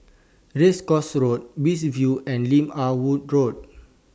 Race Course Road Beach View and Lim Ah Woo Road